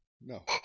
No